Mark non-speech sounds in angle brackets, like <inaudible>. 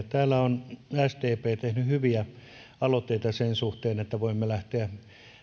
<unintelligible> täällä on sdp tehnyt hyviä aloitteita sen suhteen että voimme lähteä